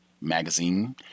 magazine